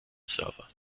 server